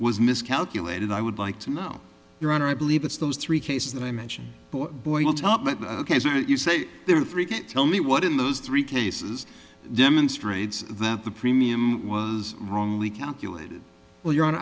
was miscalculated i would like to know your honor i believe it's those three cases that i mention but boy ok so you say there are three can't tell me what in those three cases demonstrates that the premium was wrongly calculated well your hon